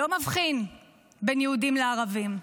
לא מבחין בין יהודים לערבים.